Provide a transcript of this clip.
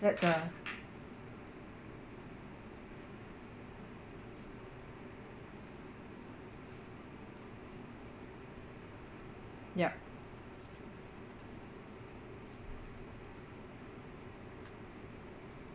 that's a yup